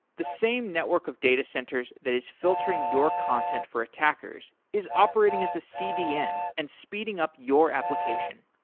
the same network of data centers that is filtering your content for attackers is operating as a cdn and speeding up your application.